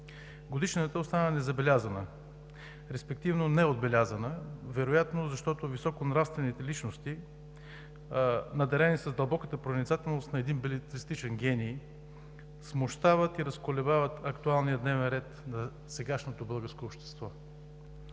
Годишнината остана незабелязана, респективно неотбелязана, вероятно защото високонравствените личности, надарени с дълбоката проницателност на един белетристичен гений, смущават и разколебават актуалния дневен ред на сегашното българско общество.